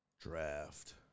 draft